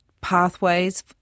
pathways